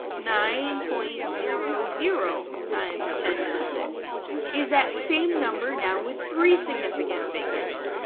nine point zero zero times ten to the sixth is that same number now with three significant figures.